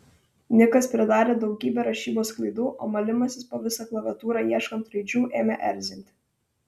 nikas pridarė daugybę rašybos klaidų o malimasis po visą klaviatūrą ieškant raidžių ėmė erzinti